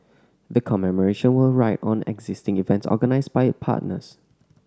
the commemoration will ride on existing events organised by its partners